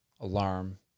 alarm